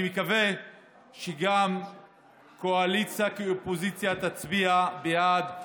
אני מקווה גם שאופוזיציה וקואליציה נצביע בעד